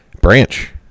Branch